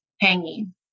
hanging